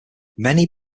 many